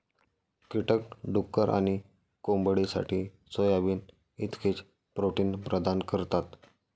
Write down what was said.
कीटक डुक्कर आणि कोंबडीसाठी सोयाबीन इतकेच प्रोटीन प्रदान करतात